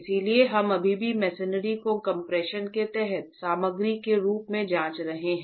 इसलिए हम अभी भी मेसेनरी को कम्प्रेशन के तहत सामग्री के रूप में जांच रहे हैं